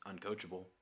uncoachable